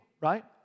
right